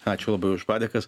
ačiū labai už padėkas